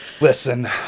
Listen